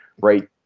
right